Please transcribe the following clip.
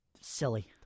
silly